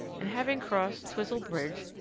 and having crossed twizel bridge,